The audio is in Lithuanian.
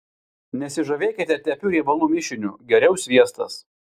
nesižavėkite tepiu riebalų mišiniu geriau sviestas